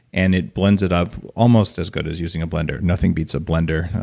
and it blends it up almost as good as using a blender nothing beats a blender,